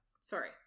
sorry